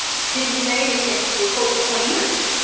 didn't say anything for close to twenty years,